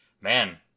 Man